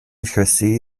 josé